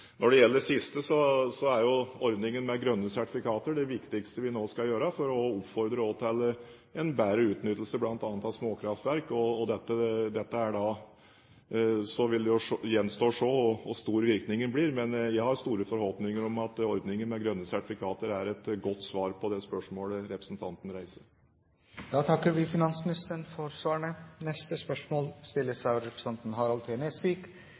Når det gjelder det siste, er jo ordningen med grønne sertifikater det viktigste vi nå skal gjennomføre for også å oppfordre til en bedre utnyttelse bl.a. av småkraftverk. Det vil gjenstå å se hvor stor virkningen blir, men jeg har store forhåpninger om at ordningen med grønne sertifikater er et godt svar på det spørsmålet representanten reiser. Vi går tilbake til spørsmål 3. Jeg tillater meg å stille følgende spørsmål